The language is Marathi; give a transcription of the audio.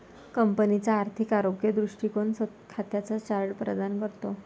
कंपनीचा आर्थिक आरोग्य दृष्टीकोन खात्यांचा चार्ट प्रदान करतो